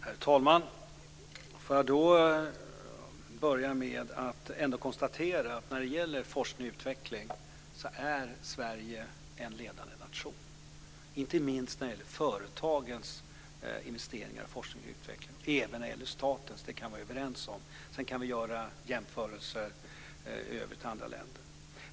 Herr talman! Låt mig börja med att konstatera att Sverige när det gäller forskning och utveckling är en ledande nation, inte minst när det gäller företagens investeringar i forskning och utveckling men även när det gäller statliga investeringar. Det kan vi vara överens om. Därutöver kan vi också göra jämförelser i övrigt med andra länder.